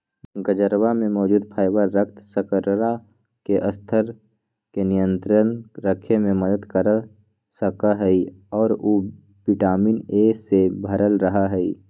गजरवा में मौजूद फाइबर रक्त शर्करा के स्तर के नियंत्रण रखे में मदद कर सका हई और उ विटामिन ए से भरल रहा हई